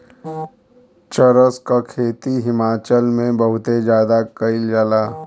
चरस क खेती हिमाचल में बहुते जादा कइल जाला